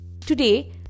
Today